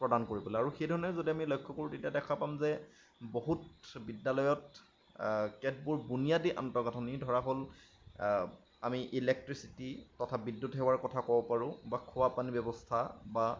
প্ৰদান কৰিবলে আৰু সেইধৰণে যদি আমি লক্ষ্য কৰোঁ তেতিয়া আমি দেখা পাম যে বহুত বিদ্যালয়ত কেতবোৰ বুনিয়াদী আন্তঃগাঁথনি ধৰা হ'ল আমি ইলেকট্ৰিচিটী তথা বিদ্যুৎ সেৱাৰ কথা ক'ব পাৰো বা খোৱা পানী ব্যৱস্থা বা